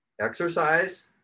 exercise